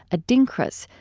adinkras,